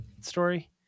story